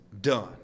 done